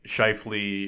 Shifley